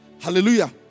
Hallelujah